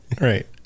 Right